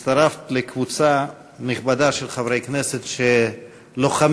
הצטרפת לקבוצה נכבדה של חברי כנסת שלוחמים